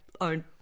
own